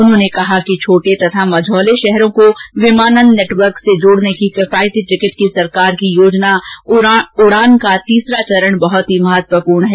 उन्होंने कहा कि छोटे तथा मझोले शहरों को विमानन नेटवर्क से जोड़ने की किफायती टिकट की सरकार की योजना उड़ान का तीसरा चरण बहुत ही महत्वपूर्ण है